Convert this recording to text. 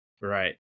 Right